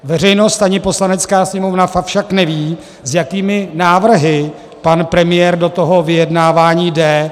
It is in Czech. Veřejnost ani Poslanecká sněmovna však nevědí, s jakými návrhy pan premiér do toho vyjednávání jde.